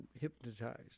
hypnotized